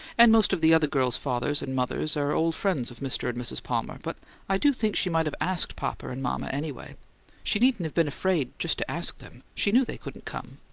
and most of the other girls' fathers and mothers are old friends of mr. and mrs. palmer, but i do think she might have asked papa and mama, anyway she needn't have been afraid just to ask them she knew they couldn't come.